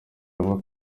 avuga